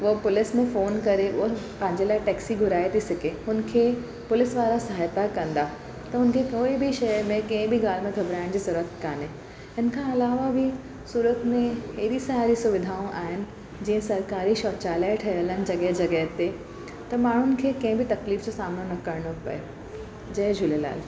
उहा पुलिस में फ़ोन करे उहा पंहिंजे लाइ टैक्सी घुराए थी सघे हुन खे पुलिस वारा सहायता कंदा त हुनखे कोई बि शइ में कंहिं बि ॻाल्हि में घबराइण जी ज़रूरुत कोन्हे हिनखां अलावा बि सूरत में अहिड़ी सारी सुविधाऊं आहिनि जीअं सरकारी शौचालय ठहियलु आहिनि जॻह जॻह ते त माण्हुनि खे कंहिं बि तकलीफ़ जो सामनो न करिणो पए जय झूलेलाल